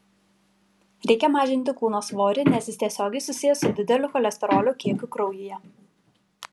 reikia mažinti kūno svorį nes jis tiesiogiai susijęs su dideliu cholesterolio kiekiu kraujuje